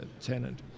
tenant